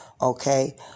Okay